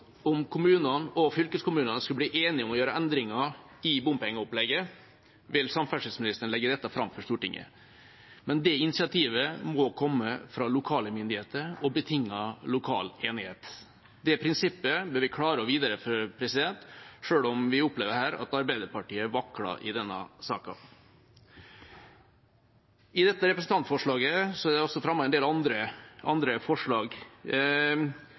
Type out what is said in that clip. om kommunene og fylkeskommunen skulle bli enige om å gjøre endringer i bompengeopplegget, vil han legge dette fram for Stortinget. Men det initiativet må komme fra lokale myndigheter og betinger lokal enighet. Det prinsippet bør vi klare å videreføre, selv om vi opplever at Arbeiderpartiet vakler i denne saken. I dette representantforslaget er det fremmet en del andre forslag